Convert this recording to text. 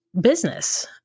business